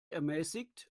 ermäßigt